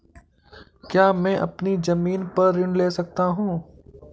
क्या मैं अपनी ज़मीन पर ऋण ले सकता हूँ?